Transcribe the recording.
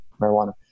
marijuana